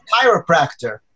chiropractor